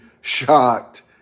shocked